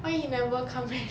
why he never come back